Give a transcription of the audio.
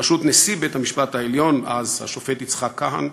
בראשות נשיא בית-המשפט העליון אז, השופט יצחק כהן,